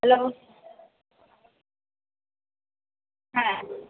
hello হ্যাঁ